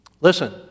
Listen